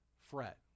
fret